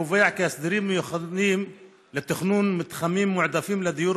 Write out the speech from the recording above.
הקובע הסדרים מיוחדים לתכנון מתחמים מועדפים לדיור,